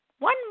One